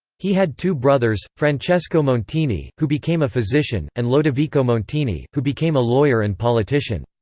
he had two brothers, francesco montini, who became a physician, and lodovico montini, who became a lawyer and politician.